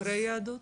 חוקרי יהדות?